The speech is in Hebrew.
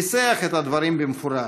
ניסח את הדברים במפורש: